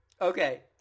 Okay